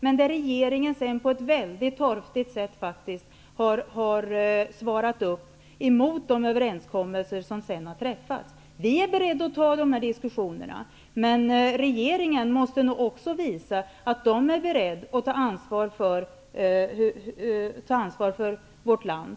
Men regeringen har faktiskt på ett väldigt torftigt sätt svarat upp mot de överenskommelser som sedan har träffats. Vi är beredda att ta de här diskussionerna, men också regeringen måste nog visa att den är beredd att ta ansvar för vårt land.